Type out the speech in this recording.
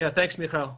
תודה רבה, מיכל.